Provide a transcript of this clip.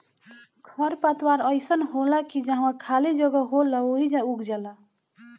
खर पतवार अइसन होला की जहवा खाली जगह होला ओइजा उग जाला